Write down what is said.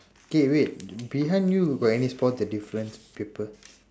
okay wait behind you got any spot the difference paper